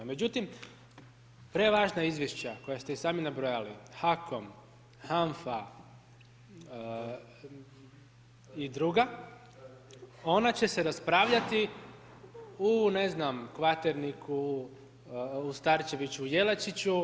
Međutim, prevažna izvješća koja ste i samo nabrojali, HAKOM, HANFA i druga, ona će se raspravljati u ne znam, Kvaterniku, u Starčeviću, Jelačiću.